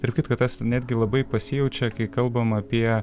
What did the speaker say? tarp kitko tas netgi labai pasijaučia kai kalbam apie